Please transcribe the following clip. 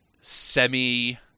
semi